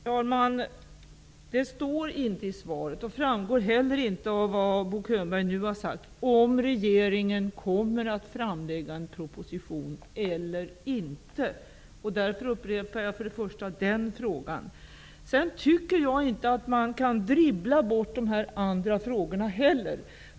Herr talman! Det står inte i svaret, och framgår inte heller av det som Bo Könberg nu har sagt, om regeringen kommer att framlägga en proposition eller inte. Därför upprepar jag först och främst den frågan. Sedan tycker jag inte att man kan dribbla bort de andra frågorna heller.